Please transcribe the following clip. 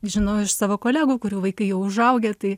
žinau iš savo kolegų kurių vaikai jau užaugę tai